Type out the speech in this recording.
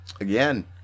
Again